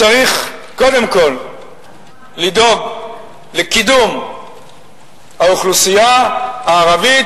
צריך קודם כול לדאוג לקידום האוכלוסייה הערבית,